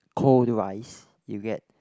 cold rice you get